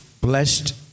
Blessed